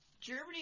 Germany